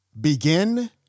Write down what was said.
Begin